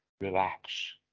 relax